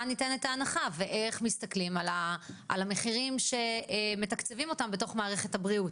ניתנת ההנחה ואיך מסתכלים על המחירים שמתקצבים אותם בתוך מערכת הבריאות.